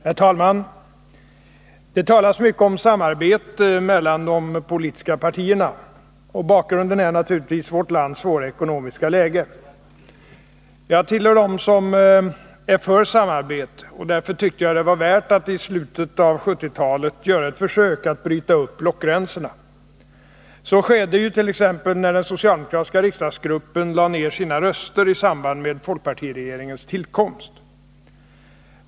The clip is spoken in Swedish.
Herr talman! Det talas mycket om samarbete mellan de politiska partierna. Bakgrunden är naturligtvis vårt lands svåra ekonomiska läge. Också jag tillhör dem som är för samarbete. Därför tyckte jag det var värt att i slutet av 1970-talet göra ett försök att bryta upp blockgränserna. Så skedde jut.ex. när den socialdemokratiska riksdagsgruppen lade ner sina röster i samband med folkpartiregeringens tillkomst.